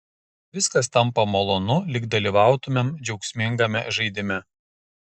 viskas tampa malonu lyg dalyvautumėm džiaugsmingame žaidime